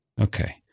Okay